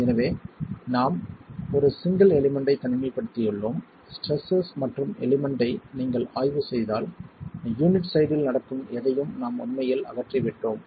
எனவே நாம் ஒரு சிங்கிள் எலிமெண்ட்டை தனிமைப்படுத்தியுள்ளோம் ஸ்ட்ரெஸ்ஸஸ் மற்றும் எலிமெண்ட்டை நீங்கள் ஆய்வு செய்தால் யூனிட் சைடில் நடக்கும் எதையும் நாம் உண்மையில் அகற்றிவிட்டோம்